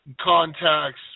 contacts